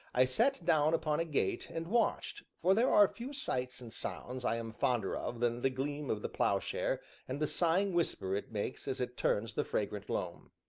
i sat down upon a gate and watched, for there are few sights and sounds i am fonder of than the gleam of the ploughshare and the sighing whisper it makes as it turns the fragrant loam.